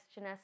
Janessa